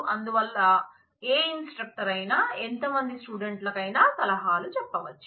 అందువల్ల ఏ ఇన్స్ట్రక్టర్ అయినా ఎంతమంది స్టూడెంట్ లకు అయినా సలహాలు చెప్పవచ్చు